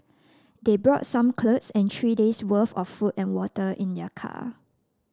they brought some clothes and three days worth of food and water in their car